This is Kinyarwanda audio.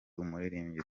umuririmbyi